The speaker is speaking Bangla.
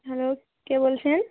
হ্যালো কে বলছেন